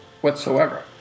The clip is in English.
whatsoever